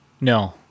no